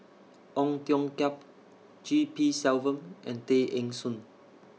Ong Tiong Khiam G P Selvam and Tay Eng Soon